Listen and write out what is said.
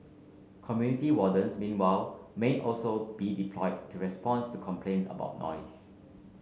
community wardens meanwhile may also be deployed to responds to complaints about noise